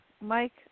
Mike